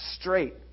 straight